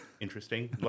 interesting